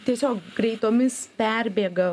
tiesiog greitomis perbėga